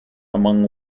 among